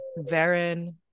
Varen